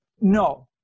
No